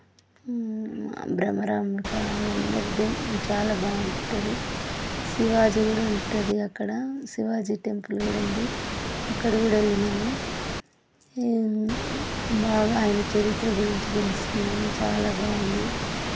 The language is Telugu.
భ్రమరాంబికా అవందరిది చాలా బాగుంటుంది శివాజీ కూడా ఉంటుంది అక్కడ శివాజీ టెంపుల్ కూడా ఉంది అక్కడ కూడా వెళ్ళినాము ఏం బాగా ఆయన చరిత్ర గురించి తెలుసుకున్నాము చాలా బాగుంది